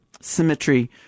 symmetry